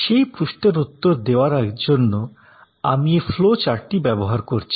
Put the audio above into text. সেই প্রশ্নের উত্তর দেওয়ার জন্য আমি এই ফ্লো চার্টটি ব্যবহার করছি